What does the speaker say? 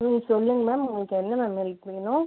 ம் சொல்லுங்கள் மேம் உங்களுக்கு என்ன மேம் ஹெல்ப் வேணும்